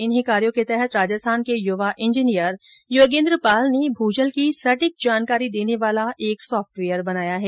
इन्हीं कार्यों के तहत राजस्थान के युवा इंजीनियर योगेन्द्र पाल ने भूजल की सटीक जानकारी देने वाला एक सॉफ्टवेयर बनाया है